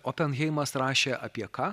openheimas rašė apie ką